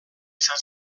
izan